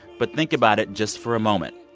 but think about it just for a moment.